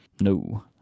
No